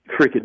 freaking